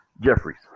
Jeffries